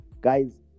guys